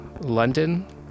London